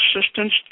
assistance